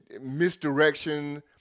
misdirection